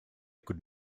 could